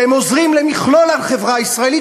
והם עוזרים למכלול החברה הישראלית,